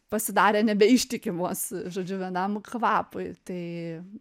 pasidarė nebe ištikimos žodžiu vienam kvapui tai